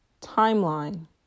timeline